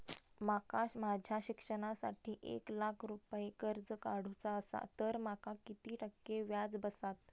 माका माझ्या शिक्षणासाठी एक लाख रुपये कर्ज काढू चा असा तर माका किती टक्के व्याज बसात?